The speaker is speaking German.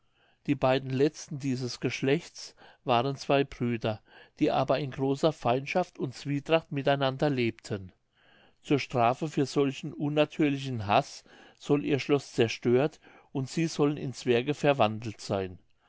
die beiden letzten dieses geschlechts waren zwei brüder die aber in großer feindschaft und zwietracht mit einander lebten zur strafe für solchen unnatürlichen haß soll ihr schloß zerstört und sie sollen in zwerge verwandelt seyn